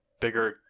Bigger